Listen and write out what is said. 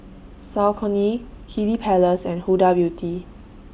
Saucony Kiddy Palace and Huda Beauty